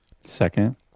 Second